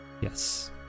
Yes